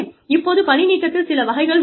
இப்போது பணி நீக்கத்தில் சில வகைகள் உள்ளன